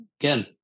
again